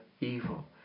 evil